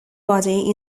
body